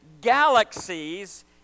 galaxies